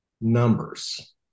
Numbers